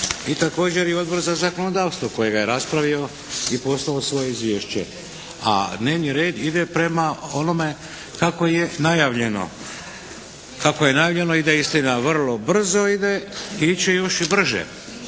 I također i Odbor za zakonodavstvo kojega je raspravio i poslao svoje izvješće. A dnevni red ide prema onome kako je najavljeno. Ide istina vrlo brzo ide, ići će još i brže,